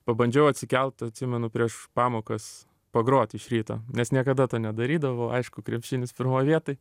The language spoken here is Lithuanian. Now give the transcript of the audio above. pabandžiau atsikelt atsimenu prieš pamokas pagrot iš ryto nes niekada to nedarydavau aišku krepšinis pirmoj vietoj